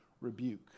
rebuke